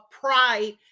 pride